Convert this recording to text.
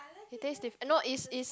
it taste diff~ no is is